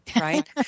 right